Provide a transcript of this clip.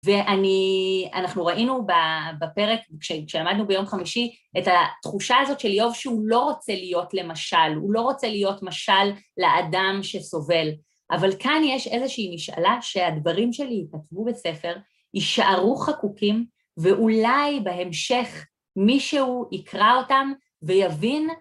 ואני, אנחנו ראינו בפרק, כשלמדנו ביום חמישי, את התחושה הזאת של איוב שהוא לא רוצה להיות למשל, הוא לא רוצה להיות משל לאדם שסובל. אבל כאן יש איזושהי משאלה שהדברים שלי יכתבו בספר, יישארו חקוקים, ואולי בהמשך מישהו יקרא אותם ויבין..